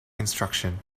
construction